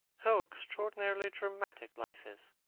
how extraordinarily dramatic life is!